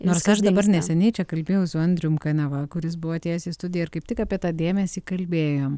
nors aš dabar neseniai čia kalbėjau su andrium kaniava kuris buvo atėjęs į studiją ir kaip tik apie tą dėmesį kalbėjom